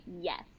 yes